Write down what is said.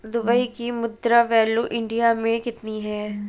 Dubai की मुद्रा value India मे कितनी है?